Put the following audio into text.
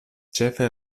ĉefe